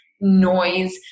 noise